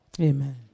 Amen